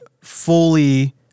fully